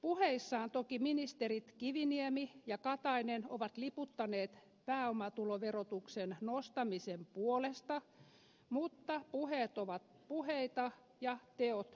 puheissaan toki ministerit kiviniemi ja katainen ovat liputtaneet pääomatuloverotuksen nostamisen puolesta mutta puheet ovat puheita ja teot tekoja